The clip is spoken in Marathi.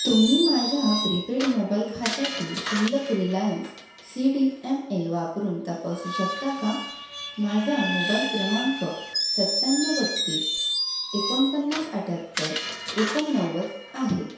तुम्ही माझ्या प्रीपेड मोबाईल खात्यातील शिल्लक Reliance C D M A वापरून तपासू शकता का माझा मोबाईल क्रमांक सत्त्याण्णव बत्तीस एकोणपन्नास अठ्याहत्तर एकोणनव्वद आहे